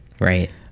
right